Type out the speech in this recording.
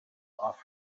off